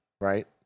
right